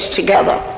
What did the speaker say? together